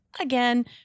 again